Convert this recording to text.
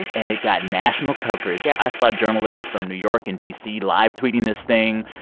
and it got national coverage yeah i saw journalists from new york and d c. live-tweeting this thing.